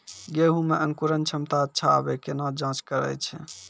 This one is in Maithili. गेहूँ मे अंकुरन क्षमता अच्छा आबे केना जाँच करैय छै?